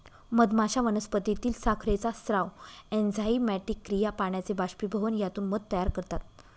मधमाश्या वनस्पतीतील साखरेचा स्राव, एन्झाइमॅटिक क्रिया, पाण्याचे बाष्पीभवन यातून मध तयार करतात